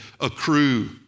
accrue